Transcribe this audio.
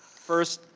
first,